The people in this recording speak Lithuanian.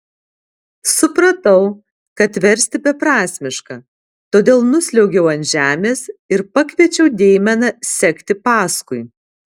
supratau kad versti beprasmiška todėl nusliuogiau ant žemės ir pakviečiau deimeną sekti paskui